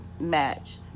match